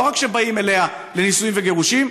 לא רק כשבאים אליה לנישואים וגירושים,